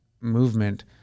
movement